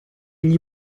gli